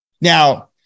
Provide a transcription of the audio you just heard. Now